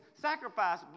sacrifice